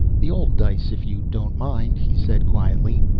the old dice if you don't mind, he said quietly.